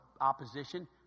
opposition